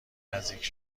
نزدیک